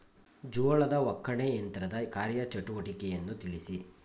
ಜೋಳದ ಒಕ್ಕಣೆ ಯಂತ್ರದ ಕಾರ್ಯ ಚಟುವಟಿಕೆಯನ್ನು ತಿಳಿಸಿ?